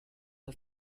are